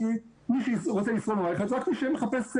כי מי שרוצה לשרוד במערכת ורק מחפש יציבות,